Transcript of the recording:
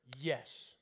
yes